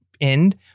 end